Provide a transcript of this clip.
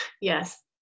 Yes